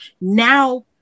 Now